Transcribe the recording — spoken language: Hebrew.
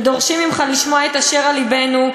ודורשים ממך לשמוע את אשר על לבנו,